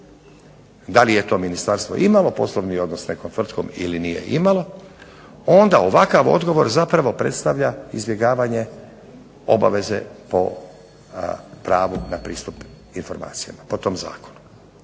da li je to ministarstvo imalo poslovni odnos s nekom tvrtkom ili nije imalo, onda ovakav odgovor zapravo predstavlja izbjegavanje obaveze po pravu na pristup informacijama po tom zakonu.